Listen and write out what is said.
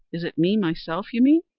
is it me myself, you mean?